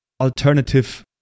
alternative